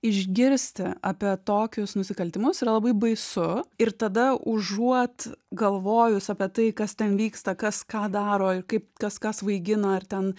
išgirsti apie tokius nusikaltimus yra labai baisu ir tada užuot galvojus apie tai kas ten vyksta kas ką daro ir kaip kas ką svaigina ar ten